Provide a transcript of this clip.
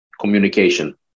communication